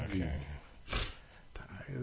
Okay